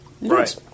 Right